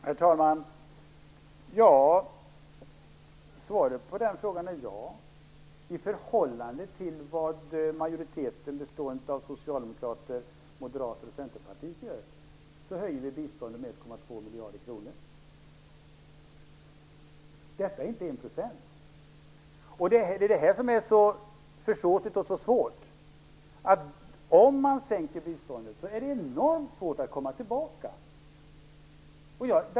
Herr talman! Svaret på den frågan är ja. I förhållande till vad majoriteten bestående av Socialdemokraterna, Moderaterna och Centerpartiet gör höjer vi biståndet med 1,2 miljarder kronor. Detta innebär inte 1 %. Det är det som är så försåtligt och svårt. Om man sänker biståndet är det enormt svårt att komma tillbaka.